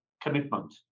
commitment